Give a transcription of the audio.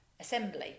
assembly